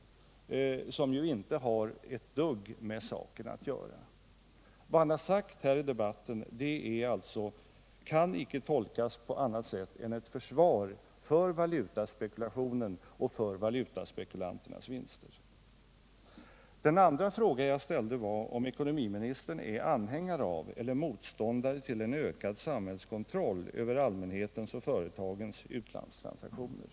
Den jämförelsen har ju inte ett dugg med saken att göra. Vad herr Bohman har sagt här i debatten kan icke tolkas på annat sätt än som ett försvar för valutaspekulationen och valutaspekulanternas vinster. Den andra frågan jag ställde var om ekonomiministern är anhängare av eller motståndare till en ökad samhällskontroll över allmänhetens och företagens utlandstransaktioner.